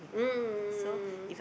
mm